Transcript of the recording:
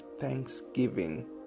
thanksgiving